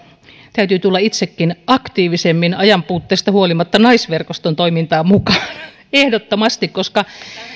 täytyy tulla itsekin aktiivisemmin ajan puutteesta huolimatta naisverkoston toimintaan mukaan ehdottomasti koska